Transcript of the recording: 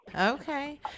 Okay